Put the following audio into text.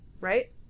Right